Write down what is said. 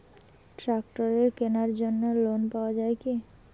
ট্রাক্টরের কেনার জন্য লোন পাওয়া যায় কি?